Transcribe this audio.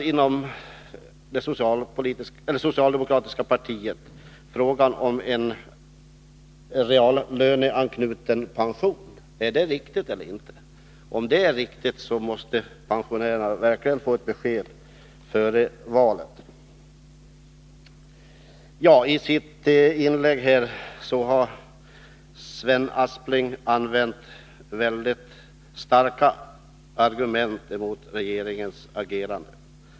Inom det socialdemokratiska partiet lär man diskutera frågan om en reallöneanknuten pension. Är det riktigt eller inte? Om det är riktigt måste pensionärerna verkligen få ett besked före valet. I sitt inlägg har Sven Aspling använt väldigt starka uttryck mot regeringens agerande.